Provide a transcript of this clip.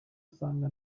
usanga